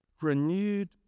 Renewed